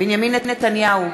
בנימין נתניהו,